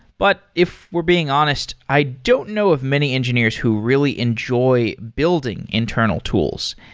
but if we're being honest, i don't know of many engineers who really enjoy building internal tools.